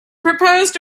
proposed